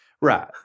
Right